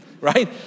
right